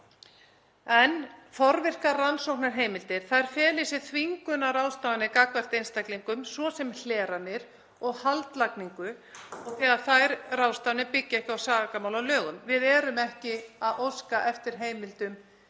en forvirkar rannsóknarheimildir fela í sér þvingunarráðstafanir gagnvart einstaklingum, svo sem hleranir og haldlagningu, þegar þær ráðstafanir byggja ekki á sakamálalögum. Við erum ekki að óska eftir heimildum